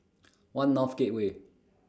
one North Gateway